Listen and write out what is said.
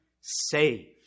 saved